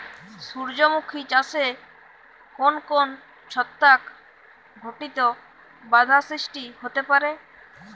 সূর্যমুখী চাষে কোন কোন ছত্রাক ঘটিত বাধা সৃষ্টি হতে পারে?